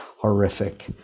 horrific